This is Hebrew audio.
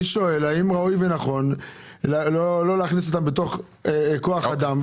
אני שואל האם ראוי ונכון לא להכניס אותם בכוח האדם.